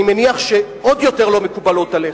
אני מניח שהן עוד יותר לא מקובלות עליך.